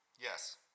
Yes